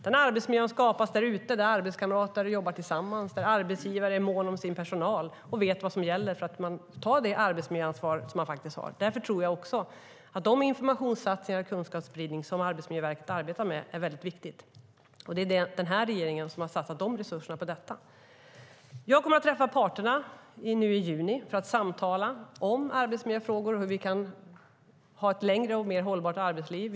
Den arbetsmiljön skapas där ute där arbetskamrater jobbar tillsammans, där arbetsgivare är måna om sin personal och vet vad som gäller i fråga om arbetsmiljöansvar. De informationssatsningar och den kunskapsspridning som Arbetsmiljöverket arbetar med är viktiga. Det är den nuvarande regeringen som har satsat resurserna på detta. Jag kommer att träffa parterna i juni för att samtala om arbetsmiljöfrågor och hur vi kan få ett längre och mer hållbart arbetsliv.